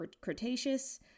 Cretaceous